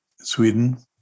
Sweden